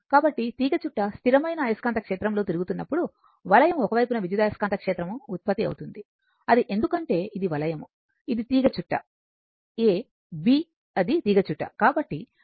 కాబట్టి తీగచుట్ట స్థిరమైన అయస్కాంత క్షేత్రంలో తిరుగుతున్నప్పుడు వలయము ఒక వైపున విద్యుదయస్కాంత క్షేత్రం ఉత్పత్తి అవుతుంది అది ఎందుకంటే ఇది వలయము ఇది తీగచుట్ట a B అది తీగచుట్ట కాబట్టి ఇది వలయము